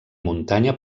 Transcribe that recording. muntanya